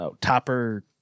Topper